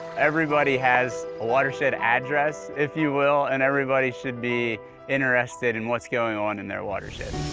everybody has a watershed address, if you will, and everybody should be interested in what's going on in their watershed.